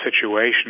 situation